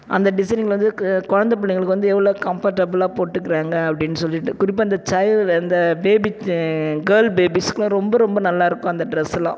அந்த டிசைனிங்கில் வந்து கொழந்தை பிள்ளைங்களுக்கு வந்து எவ்வளோ கம்ஃபெர்டபிளா போட்டுக்கிறாங்க அப்படின்னு சொல்லிட்டு குறிப்பாக இந்த சைல்ட் அந்த பேபி கேர்ள் பேபிஸுக்கும் ரொம்ப ரொம்ப நல்லாயிருக்கும் அந்த டிரெஸ்ஸுலாம்